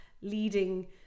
leading